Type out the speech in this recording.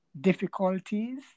difficulties